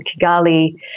Kigali